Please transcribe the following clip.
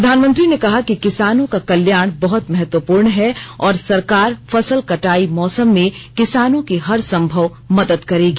प्रधानमंत्री ने कहा कि किसानों का कल्याण बहुत महत्वपूर्ण है और सरकार फसल कटाई मौसम में किसानों की हर संभव मदद करेगी